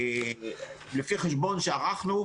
לפי החשבון שערכנו,